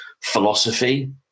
philosophy